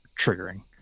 triggering